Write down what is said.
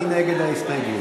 מי נגד ההסתייגות?